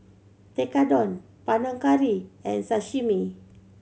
Tekkadon Panang Curry and Sashimi